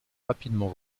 rapidement